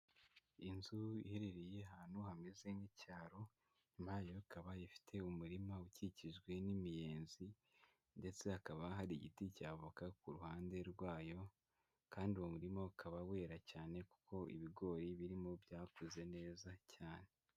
Inzu iherereye ahantu hameze nk'icyaro, nyumayo ikaba ifite umurima ukikijwe n'imiyenzi, ndetse hakaba hari igiti cya avoka ku ruhande rwayo, kandi uwo murima ukaba wera cyane kuko ibigori birimo byakuze neza cyane.